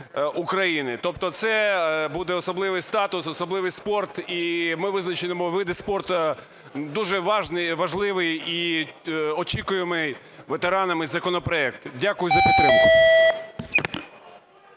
України. Тобто це буде особливий статус, особливий спорт. І ми визначимо види спорту, дуже важливий і очікуємий ветеранами законопроект. Дякую за підтримку.